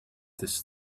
this